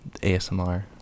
ASMR